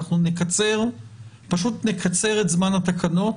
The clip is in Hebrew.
אנחנו פשוט נקצר את זמן התקנות.